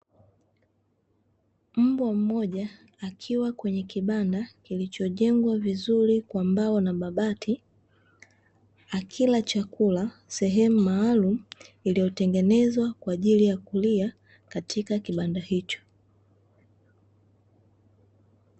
Mbwa mmoja akiwa kwenye kibanda kilichojengwa vizuri kwa mbao na mabati, akila chakula sehemu maalumu iliyo tengenezwa kwaajili ya kulia katika kibanda hicho.